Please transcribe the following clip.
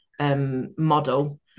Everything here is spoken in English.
model